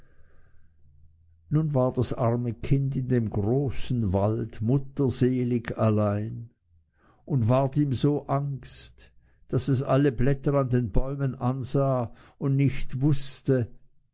nun war das arme kind in dem großen wald mutterseelig allein und ward ihm so angst daß es alle blätter an den bäumen ansah und nicht wußte